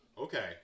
Okay